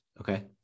Okay